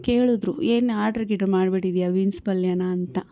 ಕೇಳಿದ್ರು ಏನು ಆರ್ಡ್ರ್ ಗೀರ್ಡ್ರ್ ಮಾಡ್ಬಿಟ್ಟಿದಿಯಾ ಬೀನ್ಸ್ ಪಲ್ಯಾನ ಅಂತ